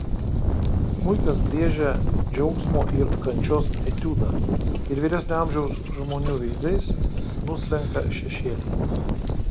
smuikas griežia džiaugsmo ir kančios etiudą ir vyresnio amžiaus žmonių veidais nuslenka šešėliai